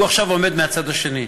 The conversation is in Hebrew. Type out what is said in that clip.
הוא עכשיו עומד מהצד השני.